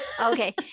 Okay